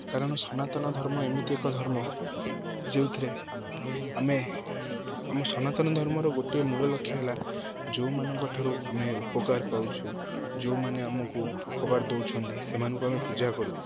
କାରଣ ସନାତନ ଧର୍ମ ଏମିତି ଏକ ଧର୍ମ ଯେଉଁଥିରେ ଆମେ ଆମ ସନାତନ ଧର୍ମର ଗୋଟିଏ ମୂଳ ଲକ୍ଷ୍ୟ ହେଲା ଯେଉଁମାନଙ୍କଠାରୁ ଆମେ ଉପକାର ପାଉଛୁ ଯେଉଁମାନେ ଆମକୁ ଉପକାର ଦେଉଛନ୍ତି ସେମାନଙ୍କୁ ଆମେ ପୂଜା କରୁ